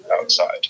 outside